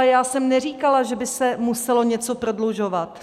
Já jsem neříkala, že by se muselo něco prodlužovat.